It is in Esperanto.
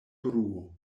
bruo